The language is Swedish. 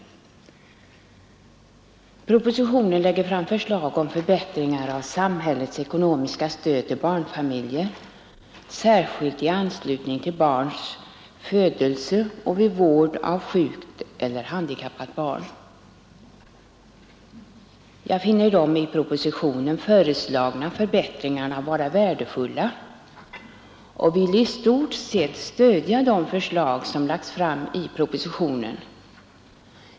I propositionen läggs fram förslag om förbättringar av samhällets ekonomiska stöd till barnfamiljer, särskilt i anslutning till barns födelse och vid vård av sjukt eller handikappat barn. Jag finner de i propositionen föreslagna förbättringarna vara värdefulla och vill i stort sett stödja de förslag som lagts fram i propositionen.